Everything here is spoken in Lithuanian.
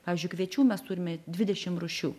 pavyzdžiui kviečių mes turime dvidešim rūšių